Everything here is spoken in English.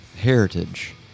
Heritage